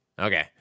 okay